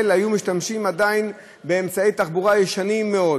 היו משתמשים עדיין באמצעי תחבורה ישנים מאוד.